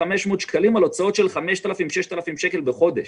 700 שקלים על הוצאות של 5,000 6,000 שקל בחודש